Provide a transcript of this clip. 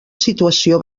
situació